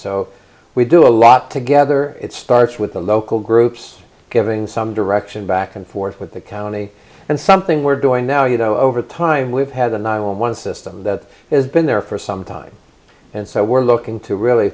so we do a lot together it starts with the local groups giving some direction back and forth with the county and something we're doing now you know overtime we've had a nine one one system that has been there for some time and so we're looking to really